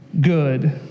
good